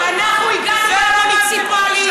אנחנו הגענו מהמוניציפלי,